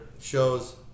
shows